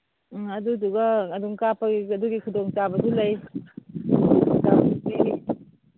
ꯎꯝ ꯑꯗꯨꯗꯨꯒ ꯑꯗꯨꯝ ꯀꯥꯞꯄꯒꯤ ꯑꯗꯨꯒꯤ ꯈꯨꯗꯣꯡꯆꯥꯕꯁꯨ ꯂꯩ